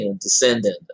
descendant